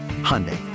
Hyundai